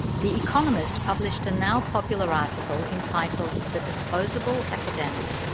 the economist published a now popular article entitled the disposable academic.